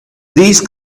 these